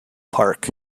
park